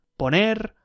Poner